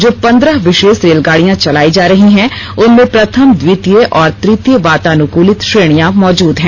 जो पंद्रह विशेष रेलगाड़ियां चलाई जा रही हैं उनमें प्रथम द्वितीय और तृतीय वातानुकूलित श्रेणियां मौजूद हैं